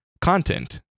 content